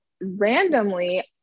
randomly